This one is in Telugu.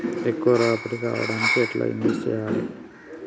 ఎక్కువ రాబడి రావడానికి ఎండ్ల ఇన్వెస్ట్ చేయాలే?